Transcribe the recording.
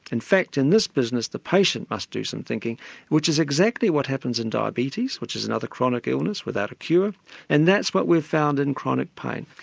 in fact in this business the patient must do some thinking which is exactly what happens in diabetes, which is another chronic illness without a cure and that's what we've found in chronic pain.